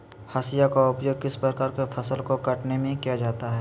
हाशिया का उपयोग किस प्रकार के फसल को कटने में किया जाता है?